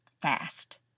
fast